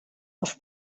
els